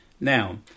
Now